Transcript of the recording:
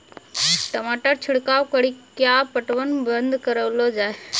टमाटर छिड़काव कड़ी क्या पटवन बंद करऽ लो जाए?